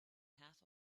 half